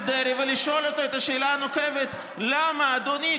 דרעי ולשאול אותו את השאלה הנוקבת: למה אדוני,